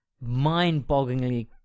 mind-bogglingly